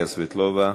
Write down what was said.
סבטלובה,